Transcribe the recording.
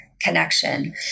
connection